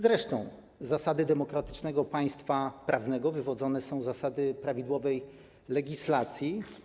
Zresztą zasady demokratycznego państwa prawnego wywodzone są z zasady prawidłowej legislacji.